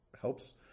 helps